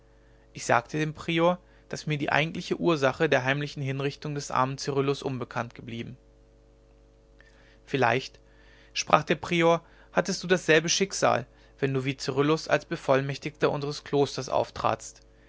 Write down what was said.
ich sagte dem prior daß mir die eigentliche ursache der heimlichen hinrichtung des armen cyrillus unbekannt geblieben vielleicht sprach der prior hattest du dasselbe schicksal wenn du wie cyrillus als bevollmächtigter unseres klosters auftratst